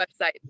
website